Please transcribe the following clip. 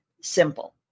simple